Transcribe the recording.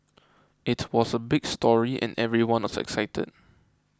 it was a big story and everyone was excited